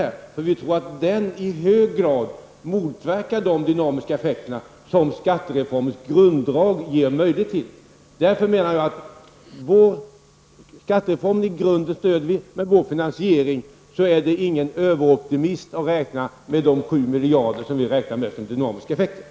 Vi tror nämligen att den i hög grad motverkar de dynamiska effekter som skatteöverenskommelsens grunddrag ger möjlighet till. Vi stöder skattereformen i grunden. Med vår finansiering är det ingen överoptimism att kalkylera med de 7 miljarder som vi räknar med som dynamiska effekter.